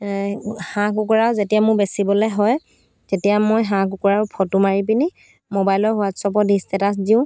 হাঁহ কুকুৰাও যেতিয়া মোৰ বেচিবলৈ হয় তেতিয়া মই হাঁহ কুকুৰা ফটো মাৰি পিনি মোবাইলৰ হোৱাটছএপত দি ষ্টেটাছ দিওঁ